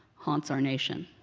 haunts our nation.